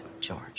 George